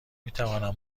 میتوانم